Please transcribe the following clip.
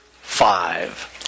five